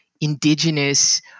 indigenous